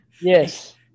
yes